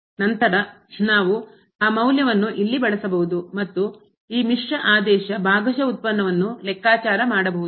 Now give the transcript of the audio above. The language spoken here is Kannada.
ನಂತರ ನಾವು ಆ ಮೌಲ್ಯವನ್ನು ಇಲ್ಲಿ ಬಳಸಬಹುದು ಮತ್ತು ಈ ಮಿಶ್ರ ಆದೇಶ ಭಾಗಶಃ ಉತ್ಪನ್ನವನ್ನು ಲೆಕ್ಕಾಚಾರ ಮಾಡಬಹುದು